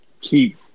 keep